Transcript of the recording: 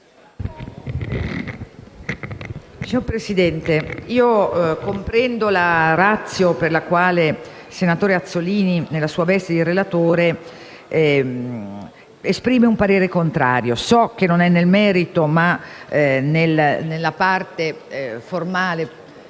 Signor Presidente, comprendo la *ratio* con cui il senatore Azzollini, nella sua veste di relatore, esprime un parere contrario. So che non è nel merito, ma attiene alla parte formale...